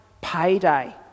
payday